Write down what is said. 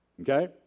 Okay